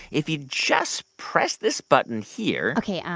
if you just press this button here. ok.